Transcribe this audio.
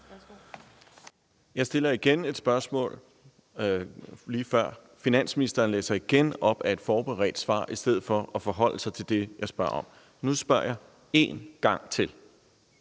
lige før igen et spørgsmål, og finansministeren læser igen op af et forberedt svar i stedet for at forholde sig til det, jeg spørger om. Nu spørger jeg en gang til: